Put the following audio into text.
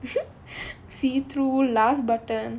see through last button